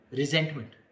resentment